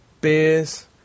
beers